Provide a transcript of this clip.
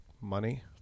money